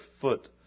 foot